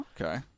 Okay